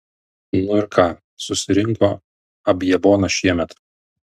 nu ir ką susirinko abjaboną šiemet